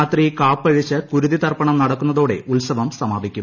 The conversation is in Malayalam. രാത്രി കാപ്പഴിച്ച് കുരുതി തർപ്പണം നടക്കുന്നതോടെ ഉത്സവം സമാപിക്കും